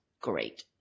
great